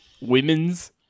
Women's